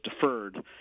deferred